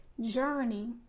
journey